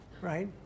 right